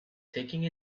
taking